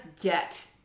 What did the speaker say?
get